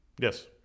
yes